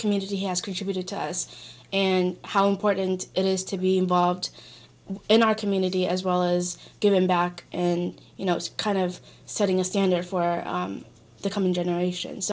community has contributed to us and how important it is to be involved in our community as well as giving back and you know kind of setting a standard for the coming generations